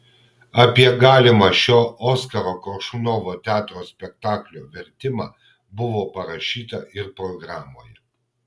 apie galimą šio oskaro koršunovo teatro spektaklio vertimą buvo parašyta ir programoje